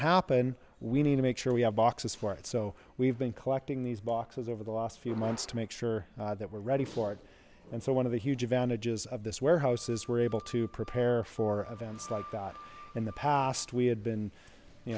happen we need to make sure we have boxes for it so we've been collecting these boxes over the last few months to make sure that we're ready for it and so one of the huge advantages of this warehouse is we're able to prepare for events like that in the past we had been you